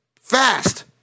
Fast